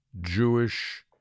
Jewish